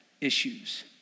issues